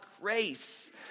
grace